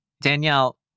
Danielle